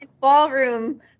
ballroom